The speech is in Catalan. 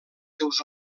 seus